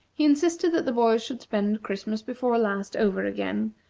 he insisted that the boys should spend christmas before last over again,